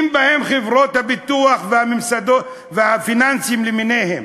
בהם חברות הביטוח והפיננסים למיניהן,